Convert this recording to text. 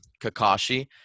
Kakashi